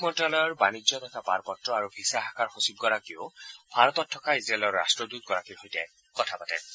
বিদেশ মন্ত্যালয়ৰ বাণিজ্য তথা পাৰপত্ৰ আৰু ভিছা শাখাৰ সচিবগৰাকীয়েও ভাৰতত থকা ইজৰাইলৰ ৰাট্টদূতগৰাকীৰ সৈতে কথা পাতে